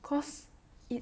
cause it